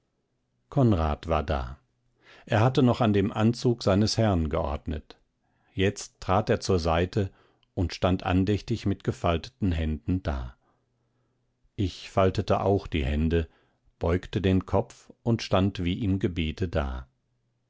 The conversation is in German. konrad war da er hatte noch an dem anzug seines herrn geordnet jetzt trat er zur seite und stand andächtig mit gefalteten händen da ich faltete auch die hände beugte den kopf und stand wie im gebete da